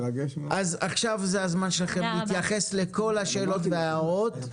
עכשיו זה הזמן שלכם להתייחס לכל השאלות וההערות.